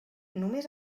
només